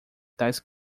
tais